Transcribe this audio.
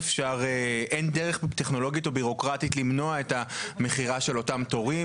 אין דרך טכנולוגית או בירוקרטית למנוע את המכירה של אותם תורים?